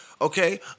Okay